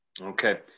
Okay